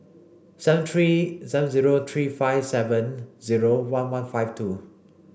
seven three seven zero three five seven zero one one five two